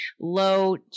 low